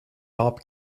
bob